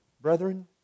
brethren